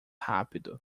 rápido